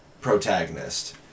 Protagonist